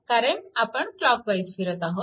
कारण आपण क्लॉकवाईज फिरत आहोत